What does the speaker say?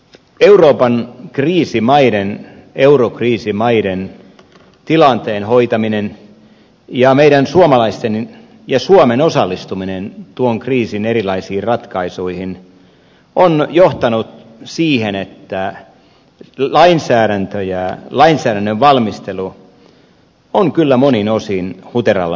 euroopan kriisimaiden eurokriisimaiden tilanteen hoitaminen ja meidän suomalaisten ja suomen osallistuminen tuon kriisin erilaisiin ratkaisuihin on johtanut siihen että lainsäädäntö ja lainsäädännön valmistelu on kyllä monin osin huteralla pohjalla